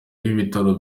w’ibitaro